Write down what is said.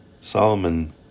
Solomon